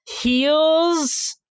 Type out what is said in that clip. Heels